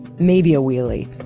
maybe a wheelie.